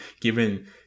given